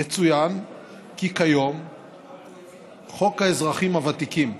יצוין כי כיום חוק האזרחים הוותיקים,